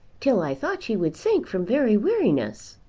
till i thought she would sink from very weariness.